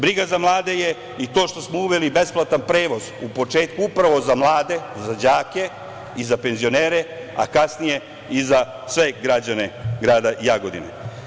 Briga za mlade je i to što uveli besplatan prevoz u početku upravo za mlade, za đake i za penzionere, a kasnije i za sve građane grada Jagodina.